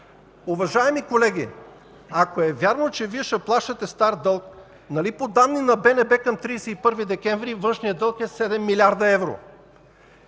Уважаеми колеги, ако е вярно, че Вие ще плащате стар дълг, нали по данни на БНБ към 31 декември външният дълг е 7 млрд. евро?